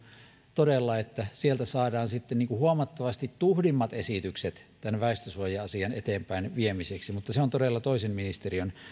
todella että sieltä saadaan sitten huomattavasti tuhdimmat esitykset tämän väestönsuoja asian eteenpäinviemiseksi mutta se on todella toisen ministeriön